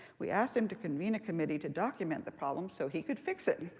we asked him to convene a committee to document the problem so he could fix it.